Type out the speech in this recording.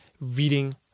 reading